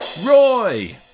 Roy